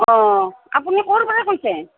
অঁ আপুনি ক'ৰ পৰা কৈছে